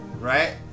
right